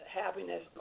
happiness